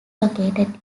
located